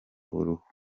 uruhu